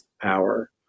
power